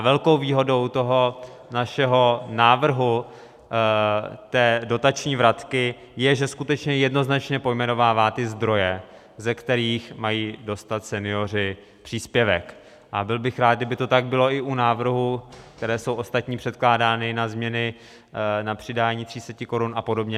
Velkou výhodou toho našeho návrhu, té dotační vratky, je, že skutečně jednoznačně pojmenovává ty zdroje, ze kterých mají dostat senioři příspěvek, a byl bych rád, kdyby to tak bylo i u návrhů, které jsou ostatním předkládány, na změny na přidání 300 korun a podobně.